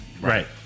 Right